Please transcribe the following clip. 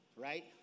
right